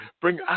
bring